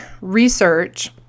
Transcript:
research